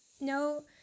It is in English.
No